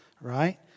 Right